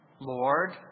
Lord